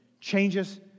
changes